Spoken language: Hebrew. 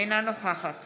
אינה נוכחת